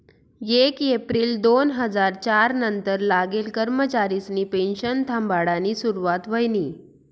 येक येप्रिल दोन हजार च्यार नंतर लागेल कर्मचारिसनी पेनशन थांबाडानी सुरुवात व्हयनी